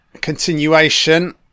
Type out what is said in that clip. continuation